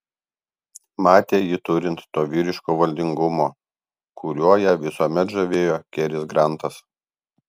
matė jį turint to vyriško valdingumo kuriuo ją visuomet žavėjo keris grantas